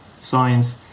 science